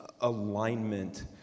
alignment